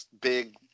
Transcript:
big